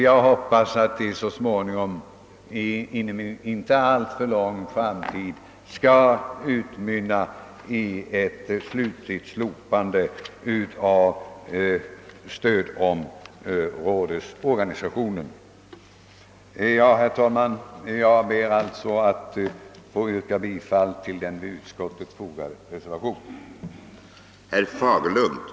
Jag hoppas alltså att stödområdesorganisationen inom en inte alltför avlägsen framtid helt slopas. Herr talman! Jag ber som sagt att få yrka bifall till den vid utskottsutlåtandet fogade reservationen.